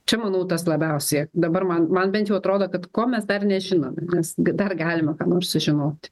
čia manau tas labiausiai dabar man man bent jau atrodo kad ko mes dar nežinome nes dar galima ką nors sužinot